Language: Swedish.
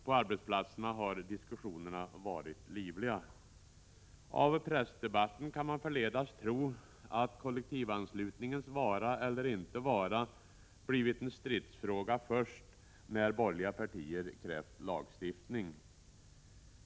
På arbetsplatserna har diskussionerna varit livliga. Av pressdebatten kan man förledas tro att kollektivanslutningens vara eller inte vara blivit en stridsfråga först när borgerliga partier krävt lagstiftning.